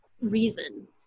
reason